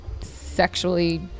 sexually